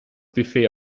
buffet